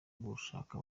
gushaka